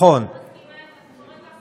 גם את הילדים.